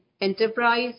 enterprise